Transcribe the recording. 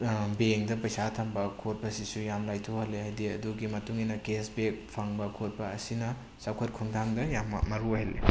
ꯕꯦꯡꯗ ꯄꯩꯁꯥ ꯊꯝꯕ ꯈꯣꯠꯄꯁꯤꯁꯨ ꯌꯥꯝ ꯂꯥꯏꯊꯣꯛꯍꯜꯂꯤ ꯍꯥꯏꯗꯤ ꯑꯗꯨꯒꯤ ꯃꯇꯨꯡꯏꯟꯄ ꯀꯦꯁ ꯕꯦꯛ ꯐꯪꯕ ꯈꯣꯠꯄ ꯑꯁꯤꯅ ꯆꯥꯎꯈꯠ ꯈꯣꯡꯊꯥꯡꯗ ꯌꯥꯝꯅ ꯃꯔꯨ ꯑꯣꯏꯍꯜꯂꯤ